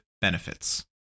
Benefits